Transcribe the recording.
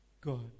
God